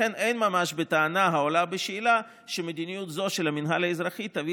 לכן אין ממש בטענה העולה בשאלה שמדיניות זו של המינהל האזרחי תביא